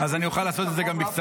אז אני אוכל לעשות את זה גם בקצרה.